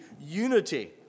unity